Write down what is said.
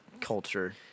culture